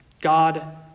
God